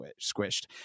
squished